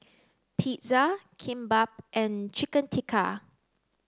Pizza Kimbap and Chicken Tikka